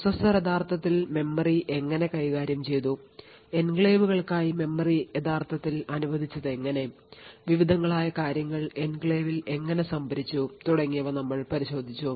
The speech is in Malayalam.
പ്രോസസർ യഥാർത്ഥത്തിൽ മെമ്മറി എങ്ങനെ കൈകാര്യം ചെയ്തു എൻക്ലേവുകൾക്കായി മെമ്മറി യഥാർത്ഥത്തിൽ അനുവദിച്ചതെങ്ങനെ വിവിധങ്ങളായ കാര്യങ്ങൾ എൻക്ലേവിൽ എങ്ങനെ സംഭരിച്ചു തുടങ്ങിയവ ഞങ്ങൾ പരിശോധിച്ചു